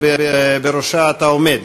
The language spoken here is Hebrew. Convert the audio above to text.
שבראשה אתה עומד.